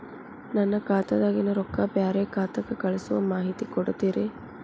ನನ್ನ ಖಾತಾದಾಗಿನ ರೊಕ್ಕ ಬ್ಯಾರೆ ಖಾತಾಕ್ಕ ಕಳಿಸು ಮಾಹಿತಿ ಕೊಡತೇರಿ?